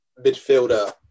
midfielder